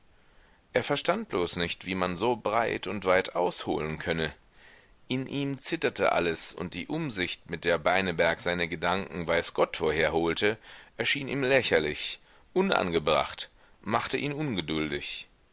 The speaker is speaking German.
er verstand bloß nicht wie man so breit und weit ausholen könne in ihm zitterte alles und die umsicht mit der beineberg seine gedanken weiß gott wo her holte erschien ihm lächerlich unangebracht machte ihn ungeduldig